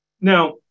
Now